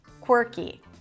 Quirky